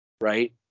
right